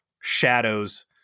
shadows